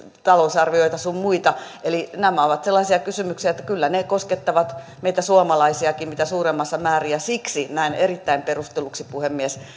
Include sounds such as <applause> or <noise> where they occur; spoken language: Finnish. <unintelligible> talousarvioita sun muita eli nämä ovat sellaisia kysymyksiä että kyllä ne koskettavat meitä suomalaisiakin mitä suurimmassa määrin siksi näen erittäin perustelluksi puhemies